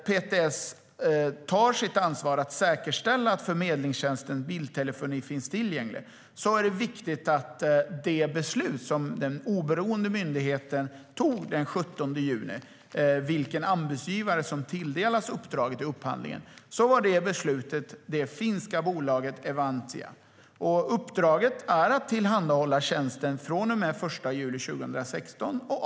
PTS tar sitt ansvar för att säkerställa att förmedlingstjänsten bildtelefoni finns tillgänglig. Den 17 juni beslutade den oberoende myndigheten vilken anbudsgivare som tilldelas uppdraget i upphandlingen, nämligen det finska bolaget Evantia. Uppdraget är att tillhandahålla tjänsten från och med den 1 juli 2016.